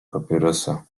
papierosa